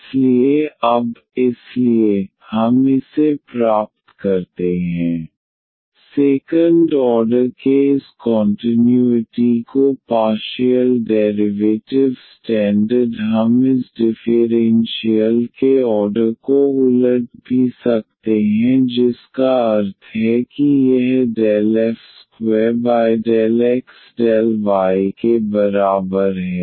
इसलिए अब इसलिए हम इसे प्राप्त करते हैं ∂M∂y2f∂y∂x⟹∂M∂y∂N∂x सेकंड ऑर्डर के इस कॉन्टिन्यूइटी को पार्शियल डेरिवेटिव स्टैंडर्ड हम इस डिफ़ेरेन्शियल के ऑर्डर को उलट भी सकते हैं जिसका अर्थ है कि यह 2f∂x∂y के बराबर है